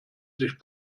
sich